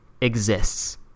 exists